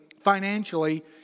financially